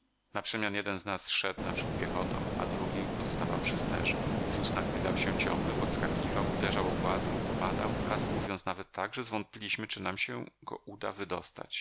orjentować naprzemian jeden z nas szedł naprzód piechotą a drugi pozostawał przy sterze wóz nachylał się ciągle podskakiwał uderzał o głazy lub opadał raz uwiązł nawet tak że zwątpiliśmy czy nam się go uda wydostać